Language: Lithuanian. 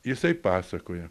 jisai pasakoja